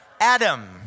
Adam